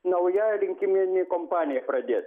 nauja rinkiminė kompanija pradėta